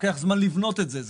לוקח זמן לבנות את זה,